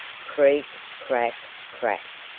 creak crack crack!